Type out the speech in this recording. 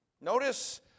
Notice